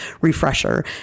refresher